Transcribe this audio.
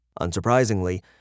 Unsurprisingly